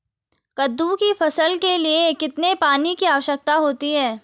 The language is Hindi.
कद्दू की फसल के लिए कितने पानी की आवश्यकता होती है?